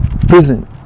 prison